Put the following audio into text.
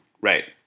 Right